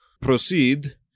proceed